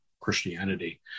Christianity